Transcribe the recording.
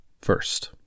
First